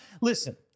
Listen